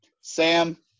Sam